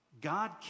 God